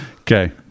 Okay